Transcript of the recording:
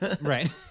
right